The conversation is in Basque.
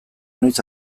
noiz